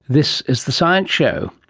this is the science show.